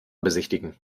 besichtigen